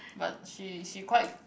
but she she quite